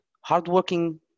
hardworking